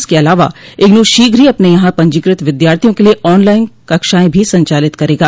इसके अलावा इग्नू शीघ्र ही अपने यहां पंजीकृत विद्यार्थियों क लिये ऑनलाइन कक्षाएं भी संचालित करेगा